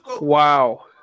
wow